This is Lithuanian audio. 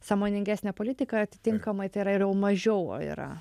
sąmoningesnė politika atitinkamai tai yra ir jau mažiau yra